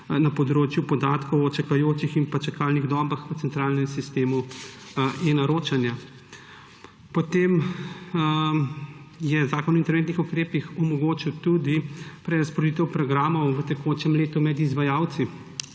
na področju podatkov o čakajočih in čakalnih dobah v centralnem sistemu e-naročanja. Zakon o interventnih ukrepih je omogočil tudi prerazporeditev programov v tekočem letu med izvajalci,